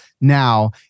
now